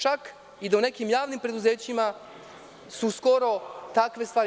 Čak i da u nekim javnim preduzećima su skoro takve stvari.